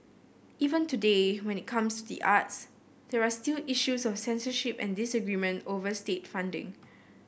even today when it comes to the arts there are still issues of censorship and disagreement over state funding